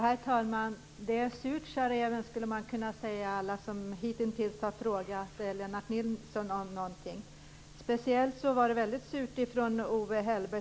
Herr talman! Det är surt sade räven, skulle man kunna säga om alla som hittills har fråga Lennart Nilsson om någonting. Speciellt var det väldigt surt från Owe Hellberg.